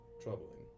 Troubling